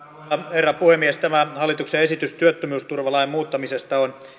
herra puhemies tämä hallituksen esitys työttömyysturvalain muuttamisesta on